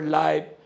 life